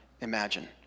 imagine